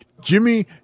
Jimmy